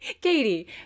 Katie